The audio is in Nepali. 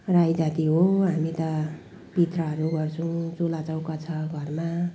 राई जाति हो हामी त पित्राहरू गर्छौँ चुलाचौका छ घरमा